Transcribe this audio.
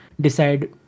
decide